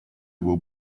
will